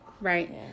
Right